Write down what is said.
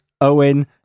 Owen